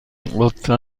لطفا